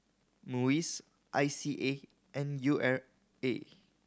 MUIS I C A and U R A